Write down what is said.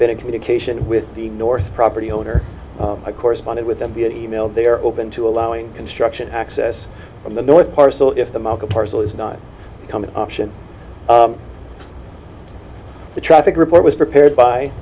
been in communication with the north property owner i corresponded with them via email they are open to allowing construction access from the north parcel if the market parcel is not coming option the traffic report was prepared by